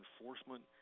enforcement